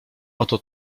oto